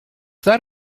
that